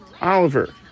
Oliver